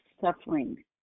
suffering